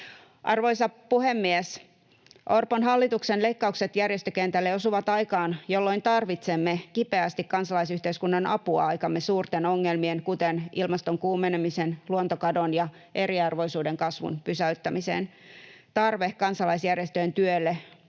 Arvoisa puhemies! Orpon hallituksen leikkaukset järjestökentälle osuvat aikaan, jolloin tarvitsemme kipeästi kansalaisyhteiskunnan apua aikamme suurten ongelmien, kuten ilmaston kuumenemisen, luontokadon ja eriarvoisuuden kasvun pysäyttämiseen. Tarve kansalaisjärjestöjen työlle on